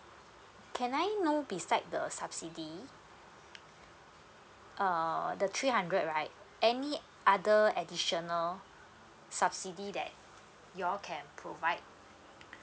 can I know beside the subsidy err the three hundred right any other additional subsidy that you all can provide